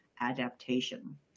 adaptation